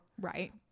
Right